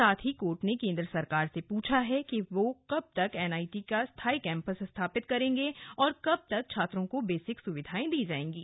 साथ ही कोर्ट ने केंद्र सरकार से पूछा है कि वो कब तक एनआईटी का स्थायी कैंपस स्थापित करेंगे और कब तक छात्रों को बेसिक सुविधाएं दी जाएंगी